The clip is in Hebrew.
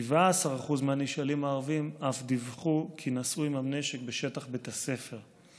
17% מהנשאלים הערבים אף דיווחו כי נשאו עימם נשק בשטח בית הספר.